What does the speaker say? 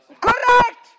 Correct